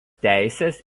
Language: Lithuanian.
teisės